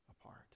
apart